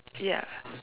ya